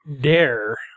dare